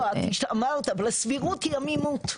לא אמרת אבל הסבירות היא עמימות,